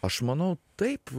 aš manau taip